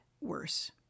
worse